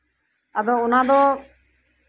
ᱟᱫᱚ ᱚᱱᱟ ᱫᱚ